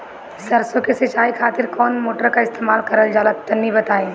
सरसो के सिंचाई खातिर कौन मोटर का इस्तेमाल करल जाला तनि बताई?